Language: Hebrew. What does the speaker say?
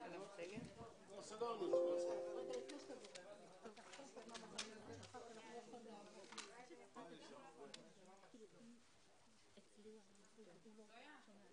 12:20.